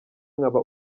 nkaba